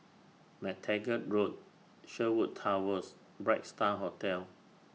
MacTaggart Road Sherwood Towers Bright STAR Hotel